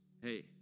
hey